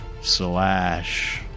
Slash